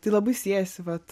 tai labai siejasi vat